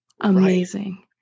Amazing